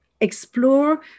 explore